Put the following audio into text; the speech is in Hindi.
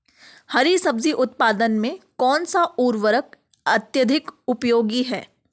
हरी सब्जी उत्पादन में कौन सा उर्वरक अत्यधिक उपयोगी है?